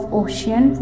ocean